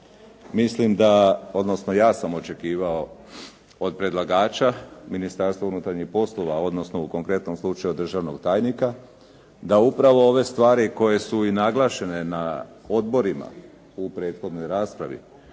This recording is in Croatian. mislim da, odnosno ja sam očekivao od predlagača, Ministarstvo unutarnjih poslova, odnosno u konkretnom slučaju od državnog tajnika da upravo ove stvari koje su i naglašene na odborima u prethodnoj raspravi